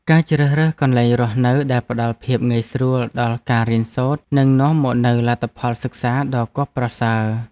ការជ្រើសរើសកន្លែងរស់នៅដែលផ្តល់ភាពងាយស្រួលដល់ការរៀនសូត្រនឹងនាំមកនូវលទ្ធផលសិក្សាដ៏គាប់ប្រសើរ។